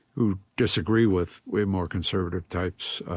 who disagree with way more conservative types